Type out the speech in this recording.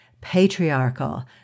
patriarchal